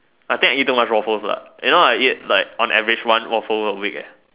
I think I eat too much waffles lah you know I eat like on average one waffle a week eh